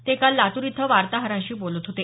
ते काल लातूर इथं वार्ताहरांशी बोलत होते